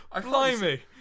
Blimey